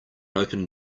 open